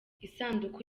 isanduku